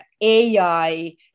AI